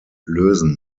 lösen